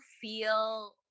feel